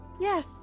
Yes